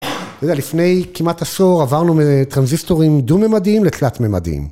אתה יודע, לפני כמעט עשור עברנו מטרנזיסטורים דו-ממדיים לתלת-ממדיים.